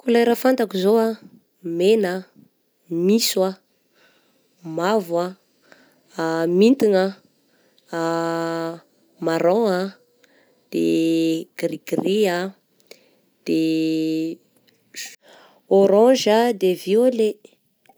Kolera fantako zao ah: megna ah, minso ah, mavo, mintigna, marôgna ah, de gris-gris ah, de jo-orange ah, de violet.